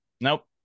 nope